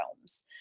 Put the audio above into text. realms